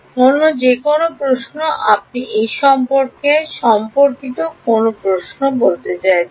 অন্য যে কোনও প্রশ্ন আমি এ সম্পর্কিত কোনও প্রশ্ন বলতে চাইছি